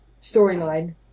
storyline